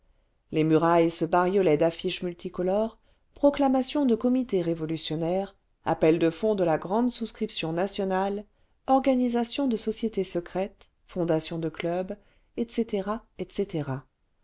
les murailles se bariolaient d'affiches multicolores proclamations de comités révolutionnaires appel de fonds de la grande souscription nationale organisations de sociétés secrètes fondations de clubs etc etc